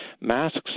masks